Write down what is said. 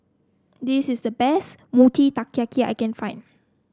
this is the best Mochi Taiyaki I can find